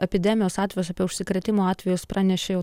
epidemijos atvejus apie užsikrėtimo atvejus pranešė jau